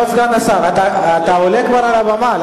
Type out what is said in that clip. כבוד סגן השר, אתה עולה על הבמה.